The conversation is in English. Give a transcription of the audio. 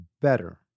better